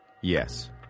yes